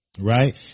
Right